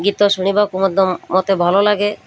ଗୀତ ଶୁଣିବାକୁ ମଧ୍ୟ ମୋତେ ଭଲ ଲାଗେ